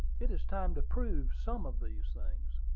it is time to prove some of these things.